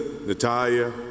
Natalia